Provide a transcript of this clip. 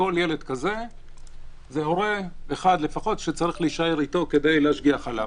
כל ילד כזה זה הורה אחד לפחות שצריך להישאר איתו כדי להשגיח עליו.